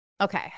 Okay